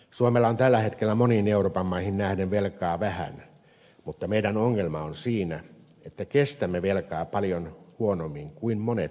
suomella on tällä hetkellä moniin euroopan maihin nähden velkaa vähän mutta meidän ongelmamme on siinä että kestämme velkaa paljon huonommin kuin monet muut eu maat